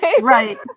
Right